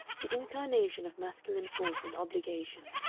the incarnation of masculine force and obligation,